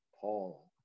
Paul